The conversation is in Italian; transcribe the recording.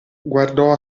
guardò